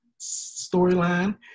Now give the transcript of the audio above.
storyline